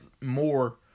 more